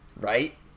right